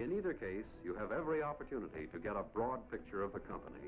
in either case you have every opportunity to get a broad picture of the company